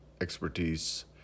expertise